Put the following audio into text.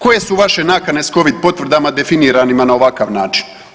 Koje su vaše nakane s covid potvrdama definiranima na ovakav način?